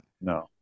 No